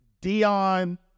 Dion